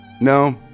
No